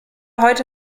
heute